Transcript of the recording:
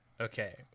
Okay